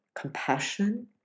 compassion